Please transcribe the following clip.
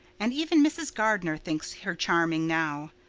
and even mrs. gardner thinks her charming now.